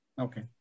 Okay